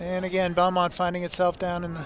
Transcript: and again bomb on finding itself down in the